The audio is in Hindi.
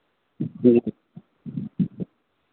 जी